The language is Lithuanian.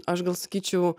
aš gal sakyčiau